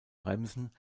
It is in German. bremsen